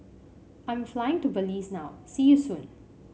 I'm flying to Belize now see you soon